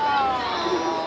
oh